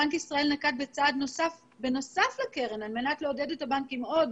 בנק ישראל נקט בצעד נוסף בנוסף לקרן - הוא מאפשר